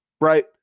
Right